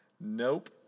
Nope